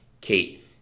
Kate